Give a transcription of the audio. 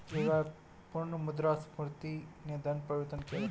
हर एक बार पुनः मुद्रा स्फीती में धन परिवर्तन किया जाता है